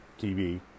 TV